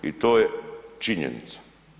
I to je činjenica.